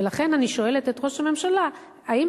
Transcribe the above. ולכן אני שואלת את ראש הממשלה: האם